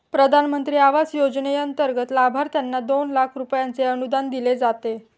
प्रधानमंत्री आवास योजनेंतर्गत लाभार्थ्यांना दोन लाख रुपयांचे अनुदान दिले जाते